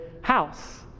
house